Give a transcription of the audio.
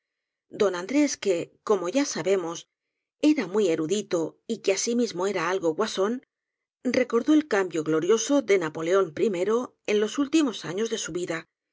don andrés que como ya sabemos era muy erudito y que asimismo era algo guasón recordó el cambio glorioso de napoleón i en los últimos años de su vida